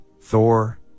Thor